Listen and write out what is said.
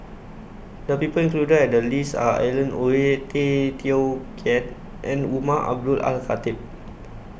The People included in The list Are Alan Oei Tay Teow Kiat and Umar Abdullah Al Khatib